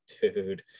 dude